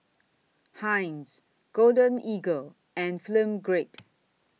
Heinz Golden Eagle and Film Grade